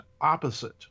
opposite